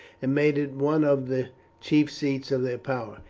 and made it one of the chief seats of their power.